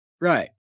Right